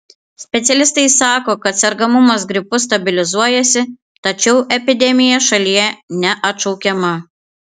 specialistai sako kad sergamumas gripu stabilizuojasi tačiau epidemija šalyje neatšaukiama